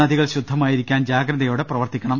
നദികൾ ശുദ്ധമായിരിക്കാൻ ജാഗ്രതയോടെ പ്രവർത്തിക്കണം